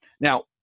Now